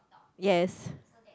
yes